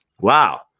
wow